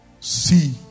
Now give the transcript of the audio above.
see